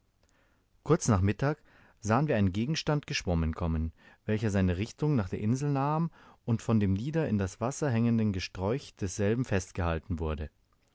kurz nach mittag sahen wir einen gegenstand geschwommen kommen welcher seine richtung nach der insel nahm und von dem nieder in das wasser hängenden gesträuch derselben festgehalten wurde